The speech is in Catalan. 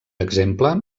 exemple